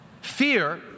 Fear